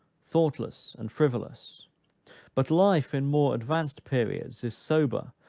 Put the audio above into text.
thoughtless, and frivolous but life, in more advanced periods, is sober,